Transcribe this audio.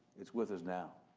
it's with us now.